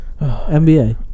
nba